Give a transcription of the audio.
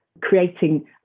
creating